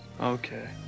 okay